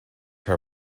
her